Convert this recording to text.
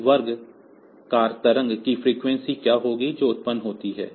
इस वर्गाकार तरंग की फ्रीक्वेंसी क्या होगी जो उत्पन्न होती है